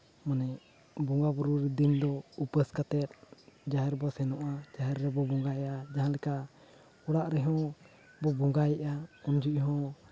ᱵᱚᱸᱜᱟᱼᱵᱩᱨᱩ ᱫᱤᱱ ᱫᱚ ᱩᱯᱟᱹᱥ ᱠᱟᱛᱮᱫ ᱡᱟᱦᱮᱨ ᱵᱚ ᱥᱮᱱᱚᱜᱼᱟ ᱡᱟᱦᱮᱨ ᱨᱮᱵᱚ ᱵᱚᱸᱜᱟᱭᱟ ᱡᱟᱦᱟᱸᱞᱮᱠᱟ ᱚᱲᱟᱜ ᱨᱮᱦᱚᱸ ᱵᱚ ᱵᱚᱸᱜᱟᱭᱮᱜᱼᱟ ᱩᱱ ᱡᱚᱦᱚᱜ ᱦᱚᱸ